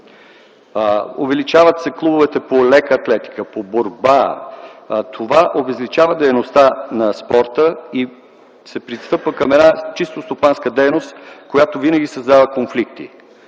Увеличават се клубовете по лека атлетика, по борба. Това обезличава дейността на спорта и се пристъпва към една чисто стопанска дейност, която винаги създава конфликти.